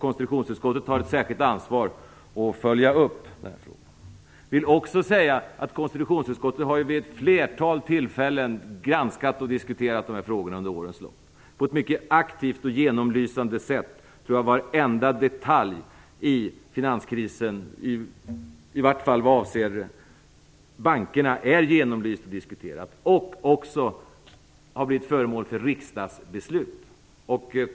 Konstitutionsutskottet har ett särskilt ansvar att följa upp detta. Jag vill också säga att konstitutionsutskottet vid ett flertal tillfällen har granskat och diskuterat de här frågorna under årens lopp. På ett mycket aktivt och genomlysande sätt tror jag att varenda detalj i finanskrisen, i vart fall vad avser bankerna, är genomlyst och diskuterad. Den har också blivit föremål för riksdagsbeslut.